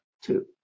two